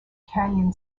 canyon